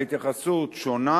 ההתייחסות שונה,